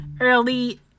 early